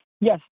Yes